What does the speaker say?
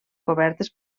cobertes